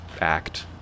act